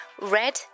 red